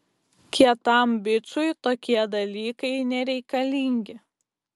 kietam bičui tokie dalykai nereikalingi